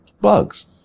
bugs